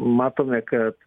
matome kad